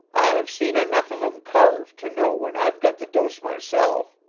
i've seen enough of em carved to know when i've got the dose myself.